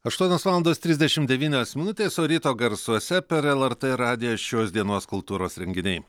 aštuonios valandos trisdešim devynios minutės o ryto garsuose per lrt radiją šios dienos kultūros renginiai